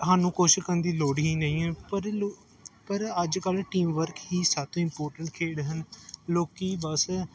ਸਾਨੂੰ ਕੁਛ ਕਰਨ ਦੀ ਲੋੜ ਹੀ ਨਹੀਂ ਹੈ ਪਰ ਲੋਕ ਪਰ ਅੱਜ ਕੱਲ੍ਹ ਟੀਮ ਵਰਕ ਹੀ ਸਭ ਤੋਂ ਇੰਪੋਰਟੈਂਟ ਖੇਡ ਹਨ ਲੋਕ ਬਸ